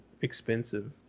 expensive